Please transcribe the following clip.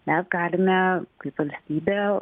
mes galime kaip valstybė